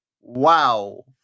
wow